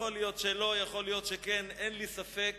יכול להיות שלא, יכול להיות שכן, אין לי ספק